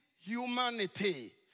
humanity